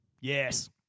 Yes